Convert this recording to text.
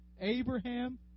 Abraham